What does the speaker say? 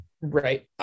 Right